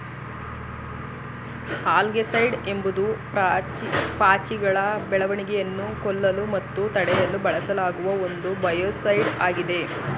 algaecide ಎಂಬುದು ಪಾಚಿಗಳ ಬೆಳವಣಿಗೆಯನ್ನು ಕೊಲ್ಲಲು ಮತ್ತು ತಡೆಯಲು ಬಳಸಲಾಗುವ ಒಂದು ಬಯೋಸೈಡ್ ಆಗಿದೆ